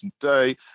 day